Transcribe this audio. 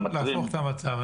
אנחנו רוצים להפוך את המצב.